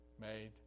made